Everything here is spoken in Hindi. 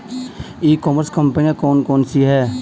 ई कॉमर्स कंपनियाँ कौन कौन सी हैं?